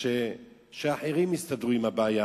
שאחרים יסתדרו עם הבעיה.